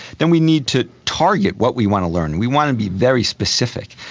then we need to target what we want to learn, we want to be very specific.